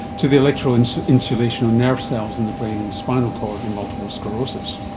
to the electro-insulation on nerve cells in the brain and spinal cord in multiple sclerosis.